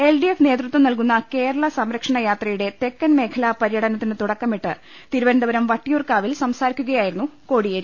L D F നേതൃത്വം നല്കുന്ന കേരള സംരക്ഷണയാത്രയുടെ തെക്കൻ മേഖലാ പര്യട നത്തിന് തുടക്കമിട്ട് തിരുവനന്തപുരം വട്ടിയൂർകാവിൽ സംസാരിക്കുകയായിരുന്നു കോടിയേരി